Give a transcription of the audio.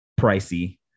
pricey